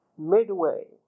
Midway